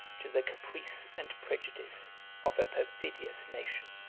to the caprice and prejudice of a perfidious nation.